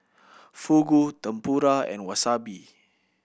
Fugu Tempura and Wasabi